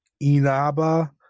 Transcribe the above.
Inaba